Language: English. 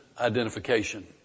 identification